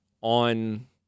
on